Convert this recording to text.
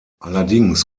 allerdings